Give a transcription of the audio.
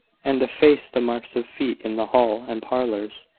and efface the marks of feet in the hall and parlours.